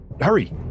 Hurry